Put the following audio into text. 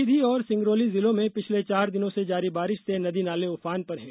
सीधी और सिंगरौली जिलों में पिछले चार दिनों से जारी बारिश से नदी नाले उफान पर हैं